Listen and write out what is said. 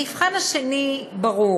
המבחן השני ברור